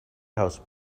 house